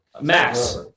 Max